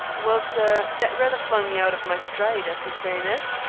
well, sir, that rather flung me out of my stride, as the sayin' is,